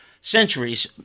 centuries